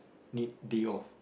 need day off